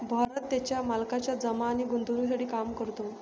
भरत त्याच्या मालकाच्या जमा आणि गुंतवणूकीसाठी काम करतो